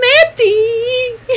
Samantha